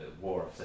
War